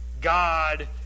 God